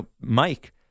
Mike